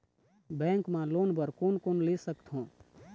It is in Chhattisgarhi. बैंक मा लोन बर कोन कोन ले सकथों?